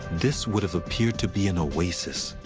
this would have appeared to be an oasis.